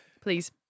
please